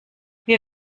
wir